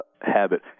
habit